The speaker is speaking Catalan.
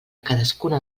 cadascuna